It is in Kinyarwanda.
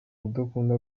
udakunda